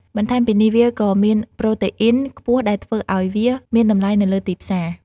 បន្ថែមពីនេះវាក៏មានប្រូតេអ៊ីនខ្ពស់ដែលធ្វើឲ្យវាមានតម្លៃនៅលើទីផ្សារ។